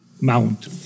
mount